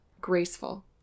graceful